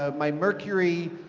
ah my mercury,